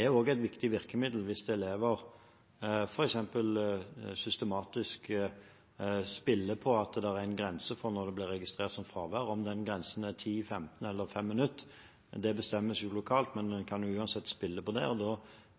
et viktig virkemiddel hvis elever f.eks. systematisk spiller på at det er en grense for når det blir registrert som fravær. Om den grensen er 10, 15 eller 5 minutter, bestemmes lokalt, men en kan uansett spille på det. Da